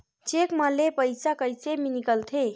Cheque म ले पईसा कइसे निकलथे?